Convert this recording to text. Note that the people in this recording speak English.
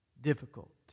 difficult